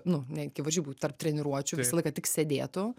nu ne iki varžybų tarp treniruočių visą laiką tik sėdėtų